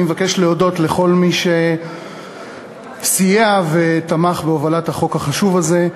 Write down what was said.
אני מבקש להודות לכל מי שסייע ותמך בהובלת החוק החשוב הזה.